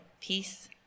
peace